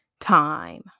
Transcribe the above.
time